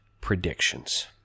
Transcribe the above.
predictions